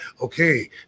Okay